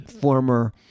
former